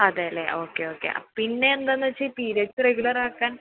അതെ അല്ലേ okay okay അ പിന്നെ എന്താണെന്ന് വെച്ചാൽ ഈ പീരിയഡ്സ് റെഗുലർ ആക്കാൻ